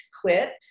quit